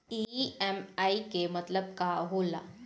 EMI के मतलब का होला?